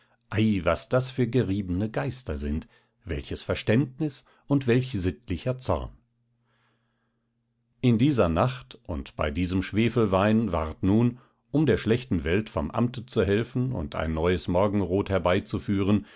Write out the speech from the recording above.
ei was das für geriebene geister sind welches verständnis und welch sittlicher zorn in dieser nacht und bei diesem schwefelwein ward nun um der schlechten welt vom amte zu helfen und ein neues morgenrot herbeizuführen